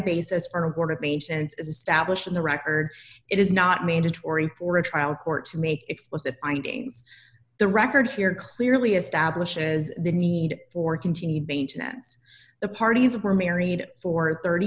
record it is not mandatory for a trial court to make explicit findings the record here clearly establishes the need for continued maintenance the parties were married for thirty